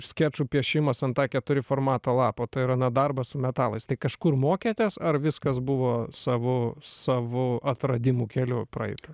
skečų piešimas ant a keturi formato lapo tai yra na darbas su metalais tai kažkur mokėtės ar viskas buvo savu savu atradimų keliu praeita